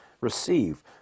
receive